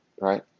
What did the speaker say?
Right